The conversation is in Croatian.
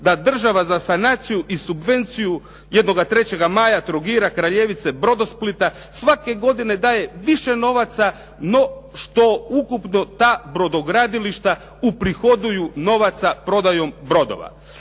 da država za sanaciju i subvenciju jednoga "3. maja", "Trogira", "Kraljevice", "Brodosplita" svake godine daje više novaca no što ukupno ta brodogradilišta uprihoduju novaca prodajom brodova.